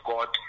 God